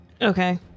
Okay